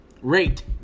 Rate